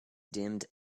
dimmed